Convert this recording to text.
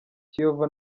kiyovu